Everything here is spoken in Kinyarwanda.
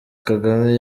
kagame